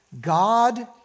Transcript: God